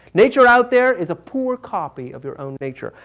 nature out there is a poor copy of your own nature.